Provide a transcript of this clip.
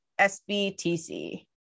SBTC